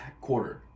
quarter